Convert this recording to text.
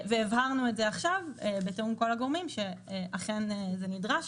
הבהרנו את זה עכשיו בתיאום כל הגורמים שאכן זה נדרש.